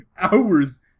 Hours